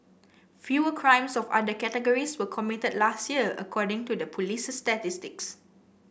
fewer crimes of other categories were committed last year according to the police's statistics